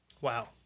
Wow